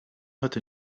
heute